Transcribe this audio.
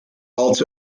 also